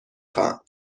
خواهم